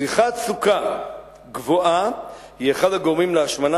צריכת סוכר גבוהה היא אחד הגורמים להשמנה,